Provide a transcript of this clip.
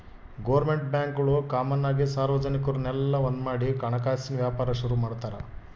government ಬ್ಯಾಂಕ್ಗುಳು common ಆಗಿ ಸಾರ್ವಜನಿಕುರ್ನೆಲ್ಲ ಒಂದ್ಮಾಡಿ ಹಣಕಾಸಿನ್ ವ್ಯಾಪಾರ ಶುರು ಮಾಡ್ತಾರ